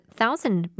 thousand